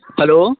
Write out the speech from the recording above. hello